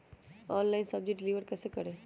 Online सब्जी deliver कैसे करें?